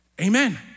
Amen